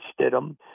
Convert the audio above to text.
Stidham